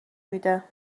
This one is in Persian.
میده